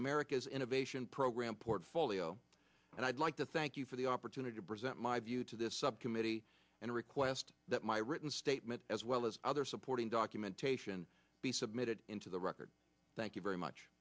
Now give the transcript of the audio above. america's innovation program portfolio and i'd like to thank you for the opportunity to present my view to this subcommittee and request that my written statement as well as other supporting documentation be submitted into the record thank you very much